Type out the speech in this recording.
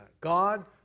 God